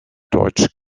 deutsch